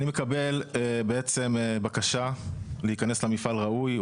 אני מקבל בעצם בקשה להיכנס למפעל ראוי,